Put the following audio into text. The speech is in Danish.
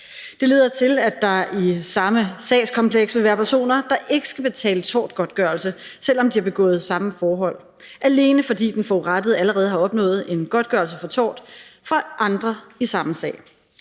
Det lyder til, at der i samme sagskompleks vil være personer, der ikke skal betale tortgodtgørelse, selv om de har begået samme forhold, alene fordi den forurettede allerede har opnået en godtgørelse for tort fra andre i samme sag.